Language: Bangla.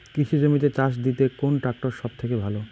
কৃষি জমিতে চাষ দিতে কোন ট্রাক্টর সবথেকে ভালো?